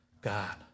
God